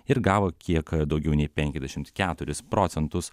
ir gavo kiek daugiau nei penkiasdešimt keturis procentus